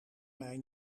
mij